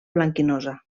blanquinosa